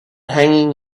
hanging